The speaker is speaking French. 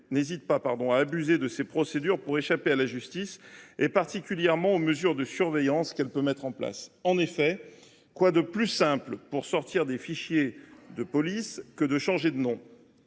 n’hésitent pas à abuser de ces procédures pour échapper à la justice, particulièrement aux mesures de surveillance qu’elle peut mettre en place. En effet, quoi de plus simple pour sortir des fichiers de la police que de changer de nom ?